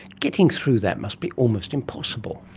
getting through that must be almost impossible.